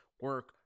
Work